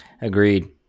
Agreed